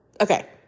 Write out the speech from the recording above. Okay